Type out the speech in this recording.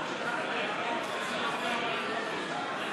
חברי הכנסת,